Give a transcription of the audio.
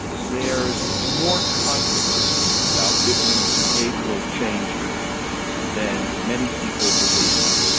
there's more controversy about whitman's behavioural changes than many people believe.